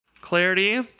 clarity